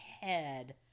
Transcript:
head